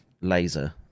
laser